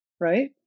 right